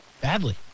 Badly